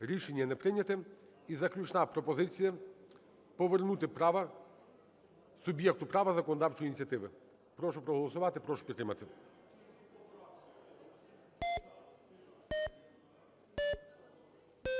Рішення не прийнято. І заключна пропозиція: повернути суб'єкту права законодавчої ініціативи. Прошу проголосувати і прошу підтримати.